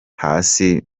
hasi